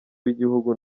w’igihugu